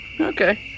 Okay